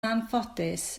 anffodus